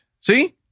See